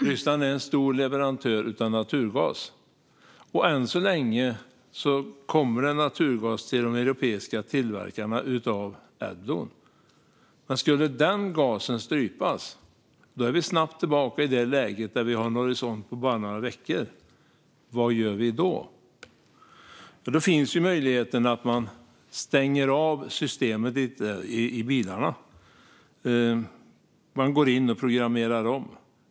Ryssland är också en stor leverantör av naturgas, och än så länge kommer det naturgas till de europeiska tillverkarna av Adblue. Men om den gasen skulle strypas är vi snabbt tillbaka i det läge där vi har en horisont på bara några veckor. Vad gör vi då? Då finns möjligheten att stänga av systemet i bilarna. Man går in och programmerar om.